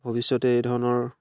ভৱিষ্যতে এই ধৰণৰ